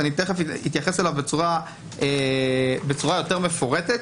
אני תיכף אתייחס אליו בצורה יותר מפורטת.